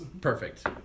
Perfect